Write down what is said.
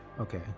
Okay